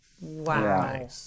Wow